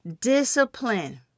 discipline